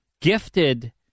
gifted